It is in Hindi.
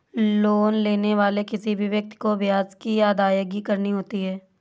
लोन लेने वाले किसी भी व्यक्ति को ब्याज की अदायगी करनी होती है